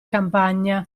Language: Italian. campagna